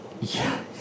Yes